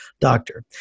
doctor